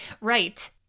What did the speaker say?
Right